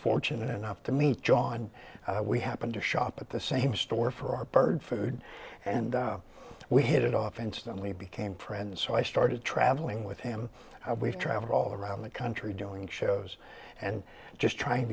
fortunate enough to meet john we happened to shop at the same store for our bird food and we hit it off instantly became friends so i started travelling with him we've travelled all around the country doing shows and just trying